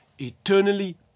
eternally